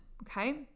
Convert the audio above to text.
Okay